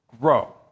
grow